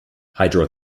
hydro